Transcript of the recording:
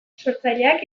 sortzaileak